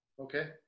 Okay